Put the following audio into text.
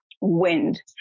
wind